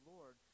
Lord